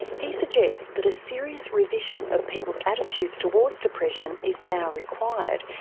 he suggests that a serious revision of people's attitudes towards depression is now required,